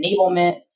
enablement